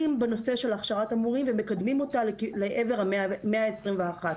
בנושא הכשרת המורים ומקדמים אותה לעבר המאה ה-21.